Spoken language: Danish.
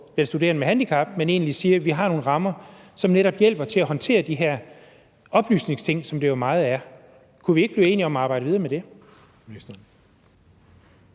den studerende med handicap, men egentlig siger, at vi har nogle rammer, som netop hjælper til at håndtere de her oplysningsting, som det jo meget er. Kunne vi ikke blive enige om at arbejde videre med det?